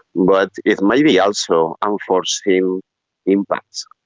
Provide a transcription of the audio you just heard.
but it may be also unforeseen impacts.